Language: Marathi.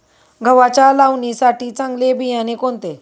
गव्हाच्या लावणीसाठी चांगले बियाणे कोणते?